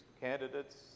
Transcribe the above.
candidates